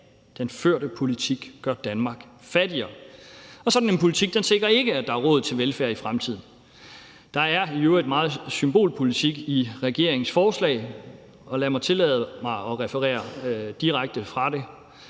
Den førte politik gør Danmark fattigere. Og sådan en politik sikrer ikke, at der er råd til velfærd i fremtiden. Der er i øvrigt meget symbolpolitik i regeringens forslag, og tillad mig at referere direkte fra det: